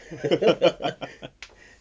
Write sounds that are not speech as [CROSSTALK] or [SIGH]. [LAUGHS]